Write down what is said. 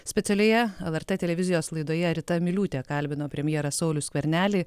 specialioje lrt televizijos laidoje rita miliūtė kalbino premjerą saulių skvernelį